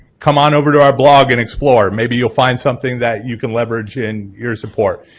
come on over to our blog and explore, maybe you'll find something that you can leverage in your support.